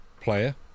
player